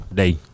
day